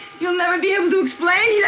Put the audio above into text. you'll never be able to explain. yeah